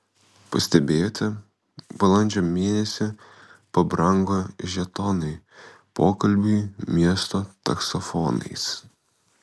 pastebėjote balandžio mėnesį pabrango žetonai pokalbiui miesto taksofonais